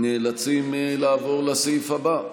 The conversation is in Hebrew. אז אנחנו נאלצים לעבור לסעיף הבא,